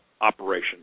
operation